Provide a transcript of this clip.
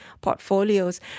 portfolios